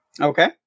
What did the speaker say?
Okay